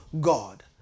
God